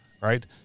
right